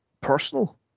personal